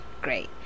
great